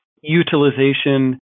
utilization